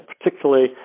particularly